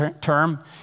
term